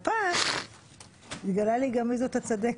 והפעם התגלה לי גם מי זאת הצדקת.